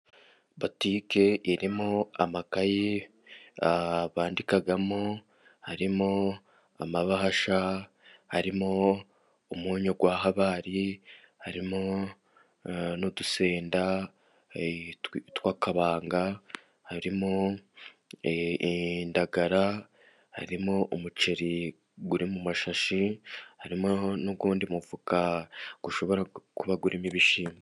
Butiki irimo amakayi bandikamo, harimo amabahasha, harimo umunyu wa Habari, harimo n'udusenda tw'akabanga, harimo indagara, harimo umuceri uri mu mashashi, harimo n'undi mufuka ushobora kuba urimo ibishyimbo.